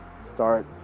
start